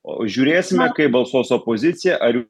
o žiūrėsime kaip balsuos opozicija ar